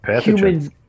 humans